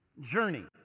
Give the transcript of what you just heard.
Journey